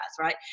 right